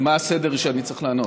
מה הסדר שבו אני צריך לענות?